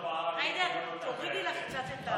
ג'ידא, תורידי לך קצת את,